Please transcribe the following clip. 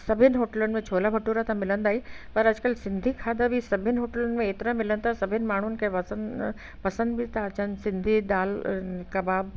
सभिनि होटलनि में छोला भटूरा त मिलंदा ई पर अॼुकल्ह सिंधी खाधा बि सभिनि होटलनि में एतिरा मिलनि था सभिनि माण्हुनि खे पसन पसंदि बि था अचनि सिंधी दाल कबाब